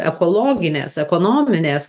ekologinės ekonominės